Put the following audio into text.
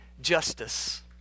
justice